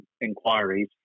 inquiries